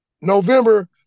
November